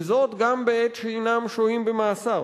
וזאת גם בעת שהינם שוהים במאסר.